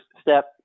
step